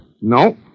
No